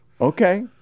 Okay